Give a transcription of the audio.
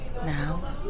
Now